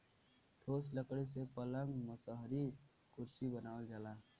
ठोस लकड़ी से पलंग मसहरी कुरसी बनावल जाला